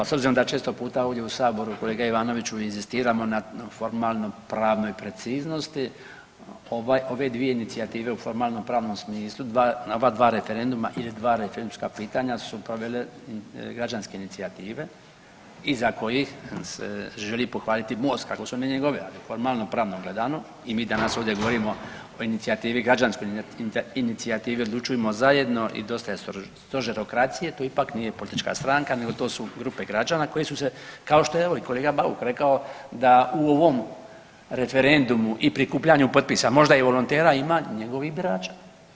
Pa s obzirom da često puta ovdje u saboru kolega Ivanoviću inzistiramo na formalnopravnoj preciznosti ovaj ove dvije inicijative u formalnopravnom smislu, dva, ova dva referenduma ili referendumska pitanja su provele građanske inicijative iza kojih se želi pohvaliti Most kako su one njegove, ali formalnopravno pravno gledano i mi danas ovdje govorimo o inicijativi, građanskoj inicijativi „Odlučujmo zajedno!“ i „Dosta je stožerokracije“, to ipak nije politička stranka nego to su grupe građana koje su se kao što je evo i kolega Bauk rekao da u ovom referendumu i prikupljanju potpisa možda i volontera ima i njegovih birača.